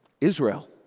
Israel